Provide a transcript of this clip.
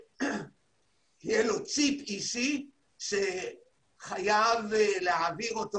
יהיה לו צ'יפ אישי שחייב להעביר אותו